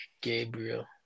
Gabriel